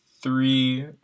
three